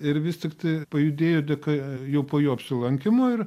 ir vis tiktai pajudėjo dėka jau po jo apsilankymo ir